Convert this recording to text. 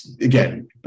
again